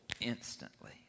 instantly